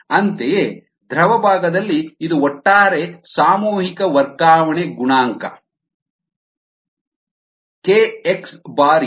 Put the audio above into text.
ಅಂತೆಯೇ ದ್ರವ ಭಾಗದಲ್ಲಿ ಇದು ಒಟ್ಟಾರೆ ಸಾಮೂಹಿಕ ವರ್ಗಾವಣೆ ಗುಣಾಂಕ K x ಬಾರಿ xA xAL